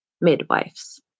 midwives